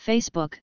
Facebook